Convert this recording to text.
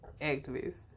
activists